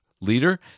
leader